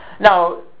Now